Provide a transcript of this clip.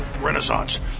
Renaissance